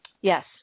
Yes